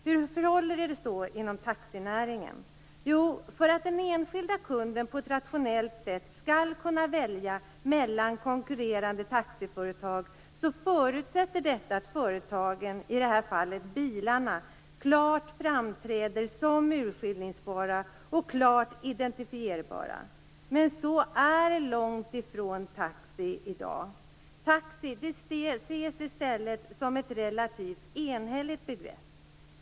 Hur förhåller det sig då inom taxinäringen? Jo, för att den enskilda kunden på ett rationellt sätt skall kunna välja mellan konkurrerande taxiföretag förutsätter detta att företagen, i detta fall bilarna, klart framträder som urskiljningsbara och klart identifierbara. Men så är taxinäringen långt ifrån i dag. Taxinäringen ses i dag som ett relativt enhälligt begrepp.